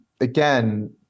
Again